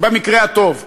במקרה הטוב.